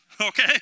Okay